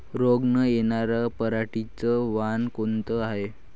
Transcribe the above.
रोग न येनार पराटीचं वान कोनतं हाये?